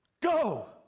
go